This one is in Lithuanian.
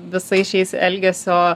visais šiais elgesio